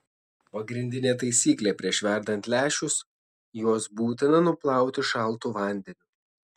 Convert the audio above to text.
pagrindinė taisyklė prieš verdant lęšius juos būtina nuplauti šaltu vandeniu